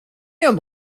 him